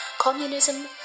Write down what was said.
communism